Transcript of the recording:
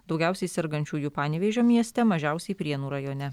daugiausiai sergančiųjų panevėžio mieste mažiausiai prienų rajone